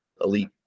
elite